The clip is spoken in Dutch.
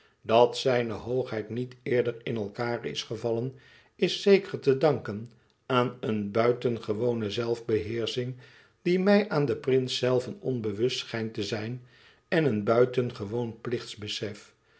hoogheid niet eerder in elkaâr is gevallen is zeker te danken aan een buitengewone zelfbeheersching die mij aan den prins zelven onbewust schijnt te zijn en een buitengewoon plichtbesef